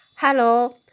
Hello